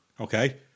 Okay